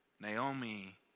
Naomi